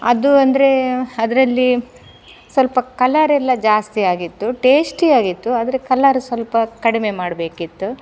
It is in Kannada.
ಅದು ಅಂದರೆ ಅದ್ರಲ್ಲಿ ಸ್ವಲ್ಪ ಕಲರೆಲ್ಲ ಜಾಸ್ತಿ ಆಗಿತ್ತು ಟೇಸ್ಟಿ ಆಗಿತ್ತು ಆದರೆ ಕಲರ್ ಸ್ವಲ್ಪ ಕಡಿಮೆ ಮಾಡಬೇಕಿತ್ತು